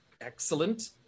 Excellent